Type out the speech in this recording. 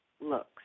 looks